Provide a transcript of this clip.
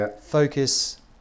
focus